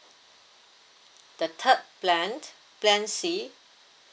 the third plan plan C